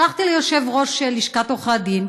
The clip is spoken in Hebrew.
שלחתי ליושב-ראש לשכת עורכי הדין,